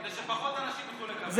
כדי שפחות אנשים יוכלו לקבל מענק.